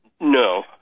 No